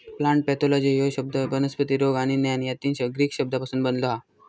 plant pathology ह्यो शब्द वनस्पती रोग आणि ज्ञान या तीन ग्रीक शब्दांपासून बनलो हा